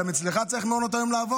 גם אצלך צריכים לעבור מעונות היום?